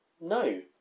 No